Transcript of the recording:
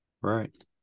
Right